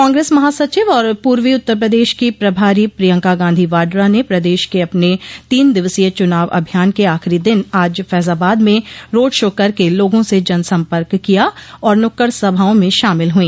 कांगस महासचिव और पूर्वी उत्तर प्रदेश की प्रभारी प्रियंका गांधी वाड्रा ने प्रदेश के अपने तीन दिवसीय चुनाव अभियान के आखिरी दिन आज फैजाबाद में रोड शो करके लागों से जनसम्पर्क किया और नुक्कड़ सभाओं में शामिल हुई